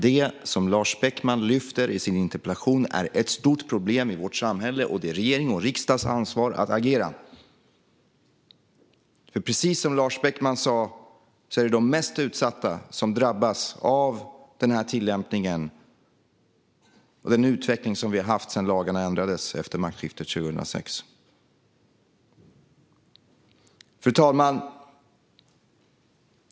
Det Lars Beckman lyfter fram i sin interpellation är ett stort problem i vårt samhälle, och det är regeringens och riksdagens ansvar att agera. Precis som Lars Beckman sa är det nämligen de mest utsatta som drabbas av den tillämpning och den utveckling som vi haft sedan lagen ändrades efter maktskiftet 2006. Fru talman!